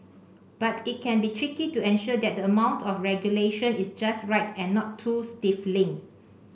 but it can be tricky to ensure that the amount of regulation is just right and not too stifling